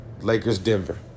Lakers-Denver